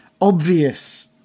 obvious